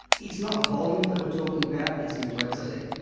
it's not volume that we're talking about, it's complexity.